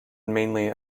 mainly